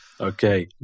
Okay